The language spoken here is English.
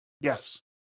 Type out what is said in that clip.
Yes